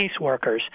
caseworkers